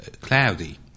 cloudy